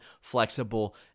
flexible